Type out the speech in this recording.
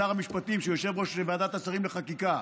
שר המשפטים, שהוא יושב-ראש ועדת השרים לחקיקה,